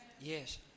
Yes